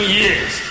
years